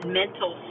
mental